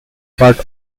part